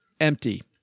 empty